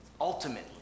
ultimately